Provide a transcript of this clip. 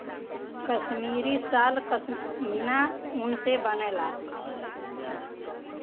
कसमीरी साल पसमिना ऊन से बनला